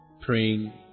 praying